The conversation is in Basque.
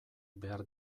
behar